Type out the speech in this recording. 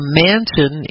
mansion